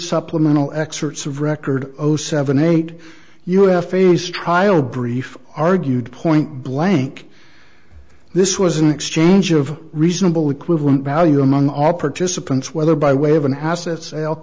supplemental excerpts of record oh seven eight us face trial brief argued point blank this was an exchange of reasonable equivalent value among all participants whether by way of an asset sale